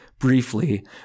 briefly